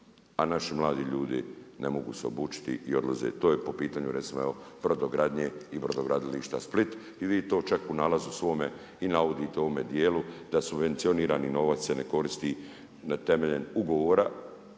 A naši mladi ljudi ne mogu se obučiti i odlaze. To je po pitanju recimo evo brodogradnje i brodogradilišta Split i vi to čak i u nalazu svome i navodite u ovome dijelu, da subvencionirani novac se ne koristi na temelju ugovora